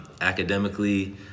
Academically